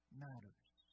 matters